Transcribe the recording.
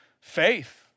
faith